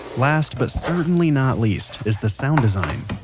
last, but certainly not least, is the sound design.